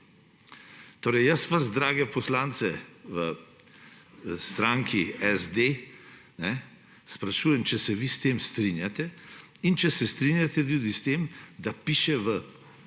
Pazite! Jaz vas, drage poslance v stranki SD, sprašujem, ali se vi s tem strinjate. In ali se strinjate tudi s tem, da piše v